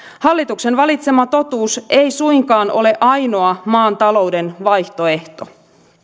hallituksen valitsema totuus ei suinkaan ole ainoa maan talouden vaihtoehto